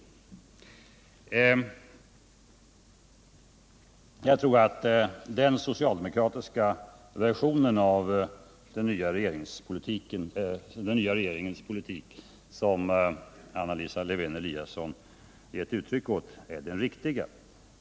Jag tror att den socialdemokratiska versionen av den nya regeringens politik, som Anna Lisa Lewén-Eliasson gett uttryck åt, är den riktiga.